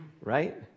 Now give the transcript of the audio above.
Right